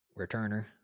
returner